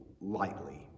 lightly